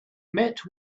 met